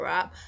up